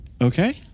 Okay